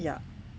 ya